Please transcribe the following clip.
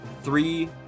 three